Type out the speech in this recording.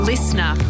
Listener